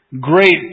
great